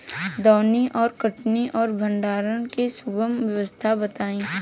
दौनी और कटनी और भंडारण के सुगम व्यवस्था बताई?